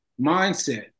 mindset